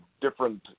different